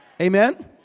Amen